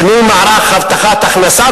שינוי מערך הבטחת הכנסה,